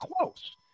close